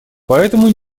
поэтому